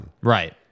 Right